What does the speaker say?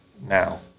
now